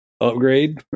upgrade